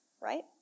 right